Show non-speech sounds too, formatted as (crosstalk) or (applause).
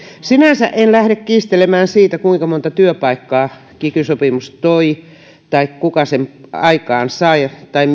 sinänsä en lähde kiistelemään siitä kuinka monta työpaikkaa kiky sopimus toi tai kuka sen aikaansai tai (unintelligible)